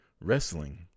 wrestling